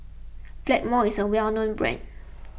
Blackmores is a well known brand